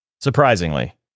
surprisingly